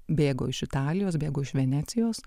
bėgo iš italijos bėgo iš venecijos